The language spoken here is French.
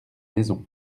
maisons